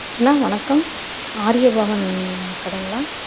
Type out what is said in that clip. அண்ணா வணக்கம் ஆரியபவன் கடைங்களா